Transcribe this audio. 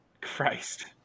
Christ